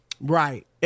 Right